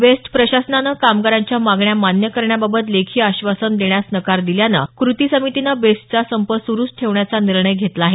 best प्रशासनानं कामगारांच्या मागण्या मान्य करण्याबाबत लेखी आश्वासन देण्यास नकार दिल्यानं क्रती समितीनं बेस्टचा संप सुरूच ठेवण्याचा निर्णय घेतला आहे